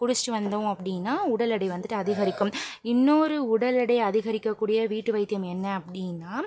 குடிச்சுட்டு வந்தோம் அப்படின்னா உடல் எடை வந்துட்டு அதிகரிக்கும் இன்னொரு உடல் எடை அதிகரிக்கக் கூடிய வீட்டு வைத்தியம் என்ன அப்படின்னா